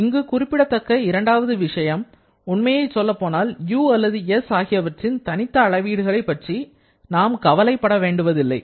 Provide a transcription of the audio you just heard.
இங்கு குறிப்பிடத்தக்க இரண்டாவது விஷயம் உண்மையில் சொல்லப்போனால் U அல்லது S ஆகியவற்றின் தனித்த அளவீடுகளை பற்றி நாம் கவலைப்படுவதில்லை